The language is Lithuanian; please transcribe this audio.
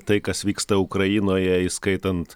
tai kas vyksta ukrainoje įskaitant